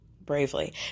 bravely